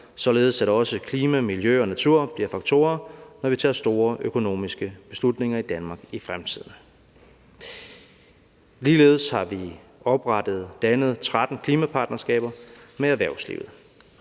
således at også klima, miljø og natur bliver faktorer, når vi tager store økonomiske beslutninger i Danmark i fremtiden. Ligeledes har vi oprettet og dannet 13 klimapartnerskaber med erhvervslivet.